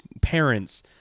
parents